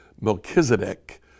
Melchizedek